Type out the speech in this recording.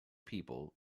people